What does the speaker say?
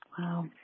wow